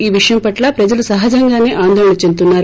ఈ విషయం పట్ల ప్రజలు సహజంగానే ఆందోళన చెందుతున్నారు